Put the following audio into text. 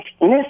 Miss